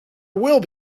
will